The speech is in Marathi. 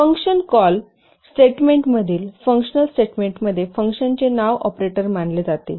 फंक्शन कॉल स्टेटमेंटमधील फंक्शनल स्टेटमेंटमधील फंक्शनचे नाव ऑपरेटर मानले जाते